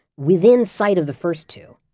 within sight of the first two.